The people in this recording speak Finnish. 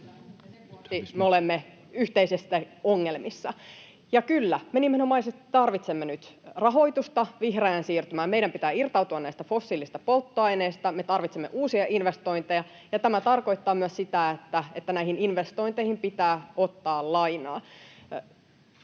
me olemme yhteisesti ongelmissa. Ja kyllä, me nimenomaisesti nyt tarvitsemme rahoitusta vihreään siirtymään. Meidän pitää irtautua fossiilisista polttoaineista, ja me tarvitsemme uusia investointeja, ja tämä tarkoittaa myös sitä, että näihin investointeihin pitää ottaa lainaa.